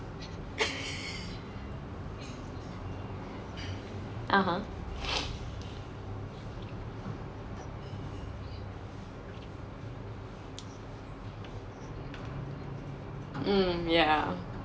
(uh huh) mm yeah